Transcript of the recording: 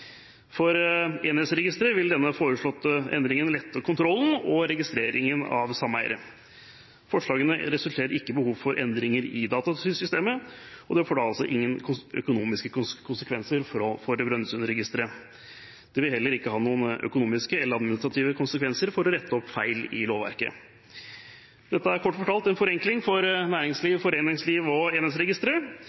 For Enhetsregisteret vil denne foreslåtte endringen lette kontrollen og registreringen av sameiere. Forslagene resulterer ikke i behov for endringer i datasystemet, og det får ingen økonomiske konsekvenser for Brønnøysundregistrene. Det vil heller ikke ha noen økonomiske eller administrative konsekvenser å rette opp feil i lovverket. Dette er kort fortalt en forenkling for næringsliv, foreningsliv og Enhetsregisteret.